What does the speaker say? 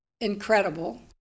incredible